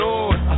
Lord